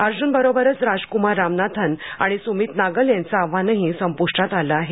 अर्जुनबरोबरच राजकुमार रामनाथन आणि सुमित नागल यांचं आव्हानही संपुष्टात आलं आहे